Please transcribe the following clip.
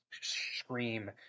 scream